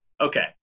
okay